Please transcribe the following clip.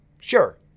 Sure